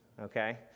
okay